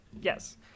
yes